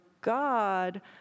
God